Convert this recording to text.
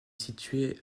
situé